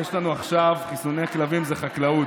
חיסוני כלבים זה חקלאות.